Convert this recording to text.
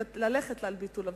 לביטול הוויזות.